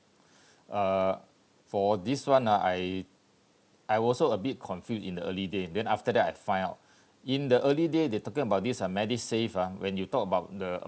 uh for this one ah I I also a bit confused in the early days then after that I find out in the early days they talking about this uh medisave uh when you talk about the